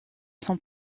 son